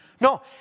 No